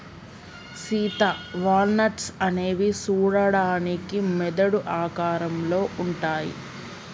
Sita walnut అనేవి సూడడానికి మెదడు ఆకారంలో ఉంటాయి